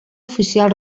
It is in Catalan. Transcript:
oficial